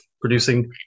producing